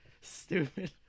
Stupid